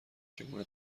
چگونه